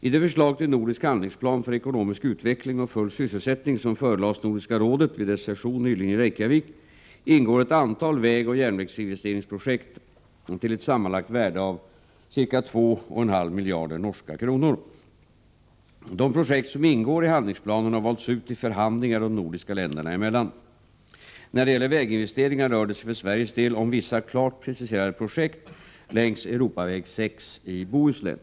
I det förslag till nordisk handlingsplan för ekonomisk utveckling och full sysselsättning som förelades Nordiska rådet vid dess session nyligen i Reykjavik ingår ett antal vägoch järnvägsinvesteringsprojekt till ett sammanlagt värde av ca två och en halv miljard norska kronor. De projekt som ingår i handlingsplanen har valts ut i förhandlingar de nordiska länderna emellan. När det gäller väginvesteringar rör det sig för Sveriges del om vissa klart preciserade projekt längs Europaväg 6 i Bohuslän.